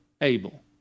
Abel